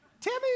Timmy